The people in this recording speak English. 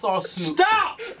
Stop